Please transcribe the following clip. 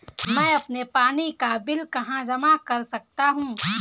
मैं अपने पानी का बिल कहाँ जमा कर सकता हूँ?